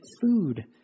food